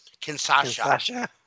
Kinsasha